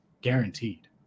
guaranteed